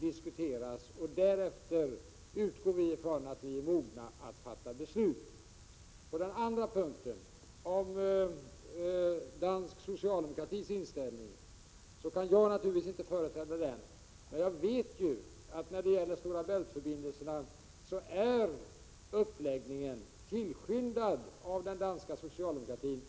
Därefter — det utgår vi från — är vi mogna att fatta beslut. På den andra punkten — det gäller då dansk socialdemokratis inställning i denna fråga — vill jag framhålla att jag naturligtvis inte kan företräda denna. Men jag vet att uppläggningen när det gäller Stora Bält-förbindelserna är tillskyndad av den danska socialdemokratin.